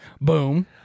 Boom